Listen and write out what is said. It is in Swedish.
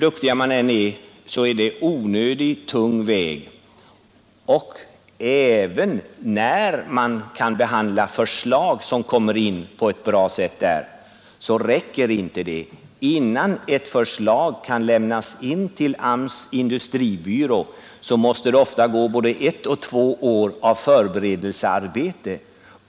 Det är en onödigt tung väg. Det räcker inte heller i de fall när man på ett bra sätt kan behandla förslag som kommer in. Innan ett förslag kan lämnas in till AMS:s industribyrå, måste det ofta gå både ett och två år av förberedelsearbete.